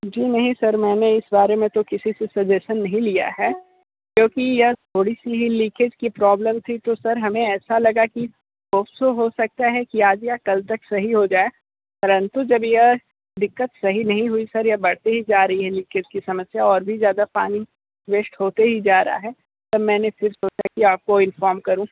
जी नहीं सर मैंने इस बारे में तो किसी से सजेशन नहीं लिया है क्योंकि यह थोड़ी सी ही लीकेज़ की प्रॉब्लम थी तो सर हमें ऐसा लगा कि होप सो हो सकता है कि आज या कल तक सही हो जाए परंतु जब यह दिक्कत सही नहीं हुई सर यह बढ़ते ही जा रही है लीकेज़ उसकी समस्या और भी ज़्यादा पानी वेस्ट होते ही जा रहा है तब मैंने फिर सोचा कि आप को इन्फॉर्म करूँ